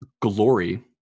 glory